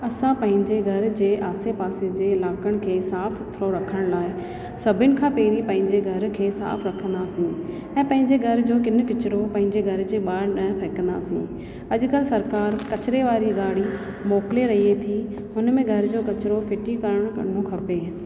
असां पंहिंजे घर जे आसे पासे जे इलाकण खे साफ़ु सुथिरो रखण लाइ सभीनि खां पहिरीं पंहिंजे घर खे साफ़ु रखंदासीं ऐं पंहिंजे घर जो किन किचिरो पंहिंजे घर जे ॿाहिरि न फेकंदासीं अॼु काल्ह सरकार कचिरे वारी गाॾी मोकिले रहे थी हुन में घर जो किचिरो फिटी करिणो खपे